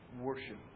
Worship